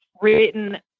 written